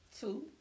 Two